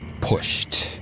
pushed